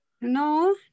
No